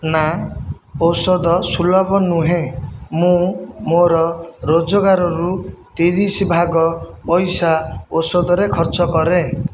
ନା ଔଷଧ ସୁଲଭ ନୁହେଁ ମୁଁ ମୋର ରୋଜଗାରରୁ ତିରିଶ ଭାଗ ପଇସା ଔଷଧରେ ଖର୍ଚ୍ଚ କରେ